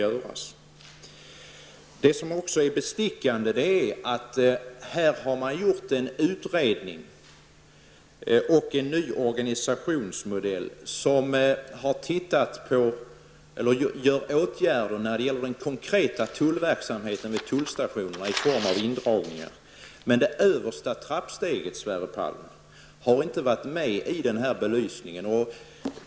Något som också är bestickande är att man har gjort en utredning och kommit fram till en ny organisationsmodell som innebär åtgärder som berör den konkreta tullverksamheten vid tullstationerna i form av indragningar utan att belysa det översta trappsteget.